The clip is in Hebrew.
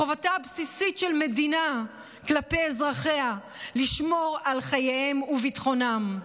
חובתה הבסיסית של מדינה כלפי אזרחיה היא לשמור על חייהם וביטחונם.